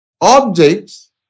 Objects